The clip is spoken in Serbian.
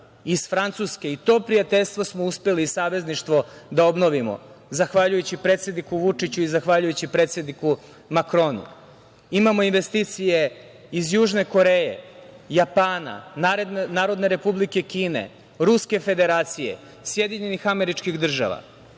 i to prijateljstvo smo uspeli i savezništvo da obnovimo, zahvaljujući predsedniku Vučiću i zahvaljujući predsedniku Makronu. Imamo investicije iz Južne Koreje, Japana, Narodne Republike Kine, Ruske Federacije i Sjedinjenih Američkih Država. To